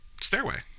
Stairway